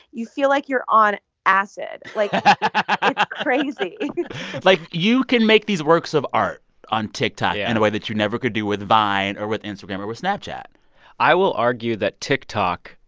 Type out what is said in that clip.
you feel like you're on acid like, it's crazy like, you can make these works of art on tiktok yeah. in a way that you never could do with vine or with instagram or with snapchat i will argue that tiktok,